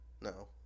No